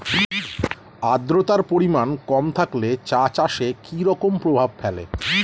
আদ্রতার পরিমাণ কম থাকলে চা চাষে কি রকম প্রভাব ফেলে?